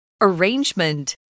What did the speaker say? Arrangement